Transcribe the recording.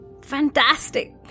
Fantastic